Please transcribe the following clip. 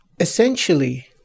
Essentially